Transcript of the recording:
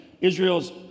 Israel's